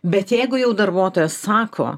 bet jeigu jau darbuotojas sako